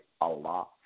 Allah